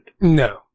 No